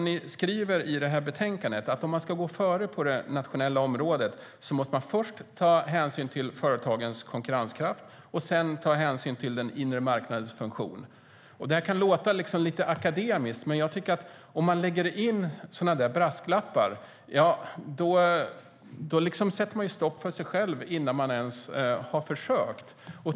Ni skriver i betänkandet att om man ska gå före på det nationella området måste man först ta hänsyn till företagens konkurrenskraft och sedan ta hänsyn till den inre marknadens funktion. Detta kan låta lite akademiskt, men jag tycker att om man lägger in sådana där brasklappar sätter man stopp för sig själv innan man ens har försökt.